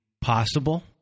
possible